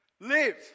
live